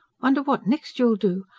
wonder what next you'll do.